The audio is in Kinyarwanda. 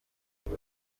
kuba